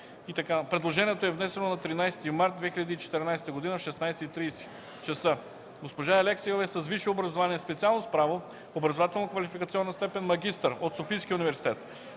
Предложението е внесено на 13 март 2014 г. в 16,30 ч. Госпожа Алексиева е с висше образование специалност „Право”, образователно-квалификационна степен „магистър” от Софийския университет.